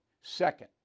Second